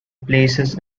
places